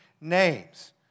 names